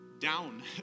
down